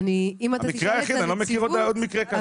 אני לא מכיר עוד מקרה כזה.